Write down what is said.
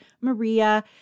Maria